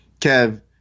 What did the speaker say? Kev